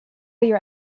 your